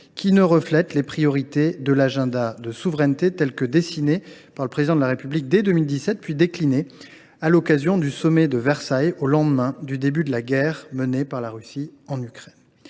qui ne reflète les priorités de l’agenda de souveraineté tel que dessiné par le Président de la République dès 2017, puis décliné à l’occasion du sommet de Versailles, au lendemain du début de la guerre menée par la Russie en Ukraine.